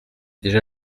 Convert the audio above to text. déjà